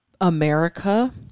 America